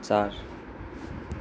चार